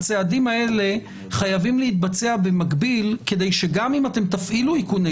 הצעדים האלה חייבים להתבצע במקביל כדי שגם אם אתם תפעילו איכוני